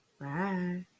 Bye